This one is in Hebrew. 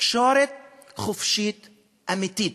תקשורת חופשית אמיתית.